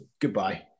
Goodbye